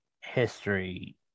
history